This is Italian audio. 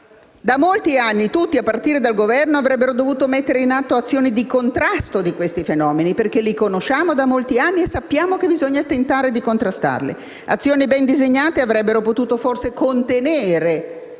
da molti anni tutti, a partire dal Governo, avrebbero dovuto mettere in atto azioni di contrasto di questi fenomeni, perché li conosciamo da molti anni è sappiamo che bisogna tentare di contrastarli. Azioni ben disegnate avrebbero potuto forse contenere,